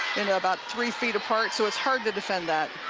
you know about three feet apart so it's hard to defend that.